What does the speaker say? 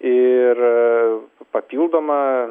ir papildoma